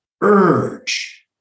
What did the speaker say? urge